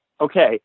okay